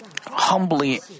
humbly